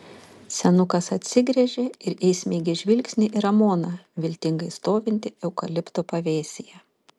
senukas atsigręžė ir įsmeigė žvilgsnį į ramoną viltingai stovintį eukalipto pavėsyje